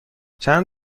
چند